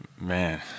Man